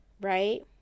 right